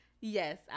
yes